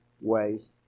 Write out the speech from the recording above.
ways